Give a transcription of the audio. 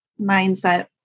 mindset